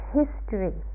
history